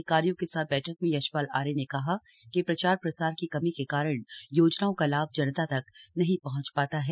अधिकारियों के साथ बैठक में यशपाल आर्य ने कहा कि प्रचार प्रसार की कमी के कारण योजनाओं का लाभ जनता तक नहीं पहंच पाता है